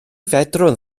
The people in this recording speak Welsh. fedrwn